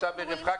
עכשיו ערב חג,